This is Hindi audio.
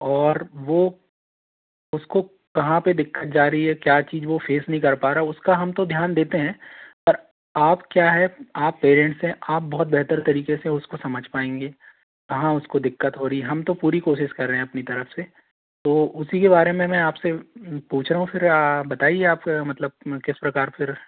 और वो उसको कहाँ पर दिक्कत जा रही है क्या चीज़ वो फ़ेस नहीं कर पा रहा उसका हम तो ध्यान देते हैं आप क्या है आप पेरेंट्स से आप बहुत बेहतर तरीक़े से उसको समझ पाएंगे कहाँ उसको दिक्कत हो रही हम तो पूरी कोशिश कर रहे हैं अपनी तरफ़ से तो उसी के बारे में मैं आप से पूछ रहा हूँ फिर बताइए आप मतलब किस प्रकार फिर